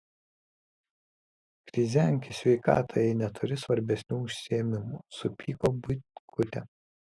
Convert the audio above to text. krizenk į sveikatą jei neturi svarbesnių užsiėmimų supyko buitkutė